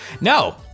no